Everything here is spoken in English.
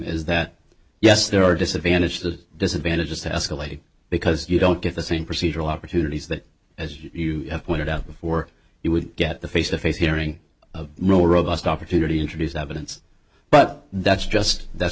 is that yes there are disadvantages the disadvantages to escalating because you don't get the same procedural opportunities that as you have pointed out before you would get the face to face hearing more robust opportunity introduce evidence but that's just that's